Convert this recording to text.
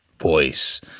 voice